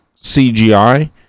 CGI